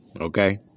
okay